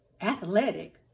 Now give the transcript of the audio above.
athletic